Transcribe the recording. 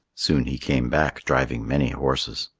soon he came back driving many horses.